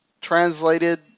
translated